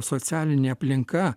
socialinė aplinka